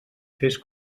fes